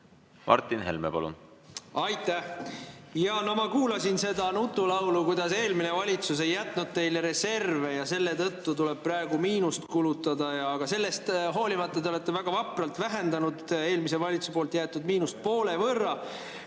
Martin Helme, palun! Aitäh! No ma kuulasin seda nutulaulu, et eelmine valitsus ei jätnud teile reserve ja selle tõttu tuleb praegu miinust kulutada, aga sellest hoolimata te olete väga vapralt vähendanud eelmise valitsuse jäetud miinust poole võrra.